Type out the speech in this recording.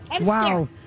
Wow